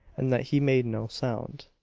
and that he made no sound.